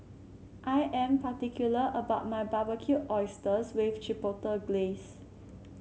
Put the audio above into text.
I am particular about my Barbecued Oysters with Chipotle Glaze